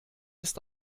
ist